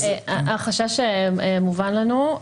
החשש מובן לנו.